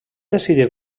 decidir